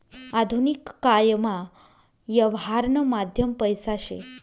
आधुनिक कायमा यवहारनं माध्यम पैसा शे